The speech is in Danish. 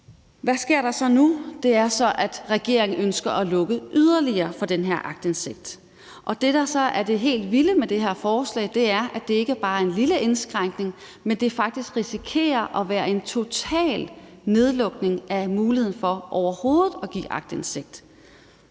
Det er så, at regeringen ønsker at lukke yderligere for den her aktindsigt, og det, der så er det helt vilde med det her forslag, er, at det ikke bare er en lille indskrænkning, men at det faktisk risikerer at være en total nedlukning af muligheden for overhovedet at give aktindsigt.